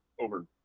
over